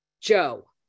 Joe